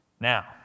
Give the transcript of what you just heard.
Now